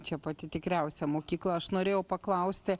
čia pati tikriausia mokykla aš norėjau paklausti